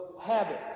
habits